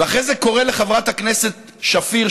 ואחרי זה קורא לחברת הכנסת שפיר,